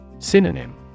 Synonym